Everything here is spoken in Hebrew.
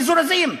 מזורזים,